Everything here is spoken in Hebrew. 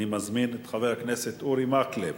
אני מזמין את חבר הכנסת אורי מקלב,